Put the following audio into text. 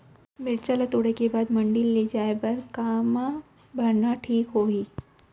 मिरचा ला तोड़े के बाद मंडी ले जाए बर का मा भरना ठीक होही?